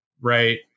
Right